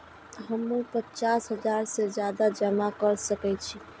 हमू पचास हजार से ज्यादा जमा कर सके छी?